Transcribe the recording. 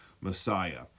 Messiah